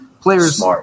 players